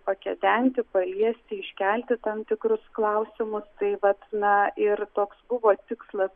pakedenti paliesti iškelti tam tikrus klausimus tai vat na ir toks buvo tikslas